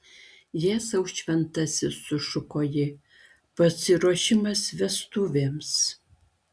jėzau šventas sušuko ji pasiruošimas vestuvėms